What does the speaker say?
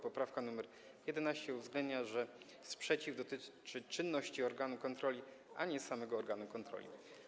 Poprawka nr 11 uwzględnia, że sprzeciw dotyczy czynności organu kontroli, a nie samego organu kontroli.